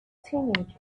teenagers